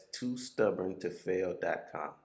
TooStubbornToFail.com